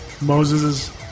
Moses